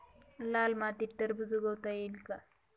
लाल मातीत टरबूज उगवता येईल का?